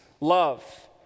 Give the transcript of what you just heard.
love